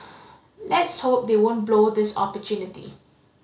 let's hope they won't blow this opportunity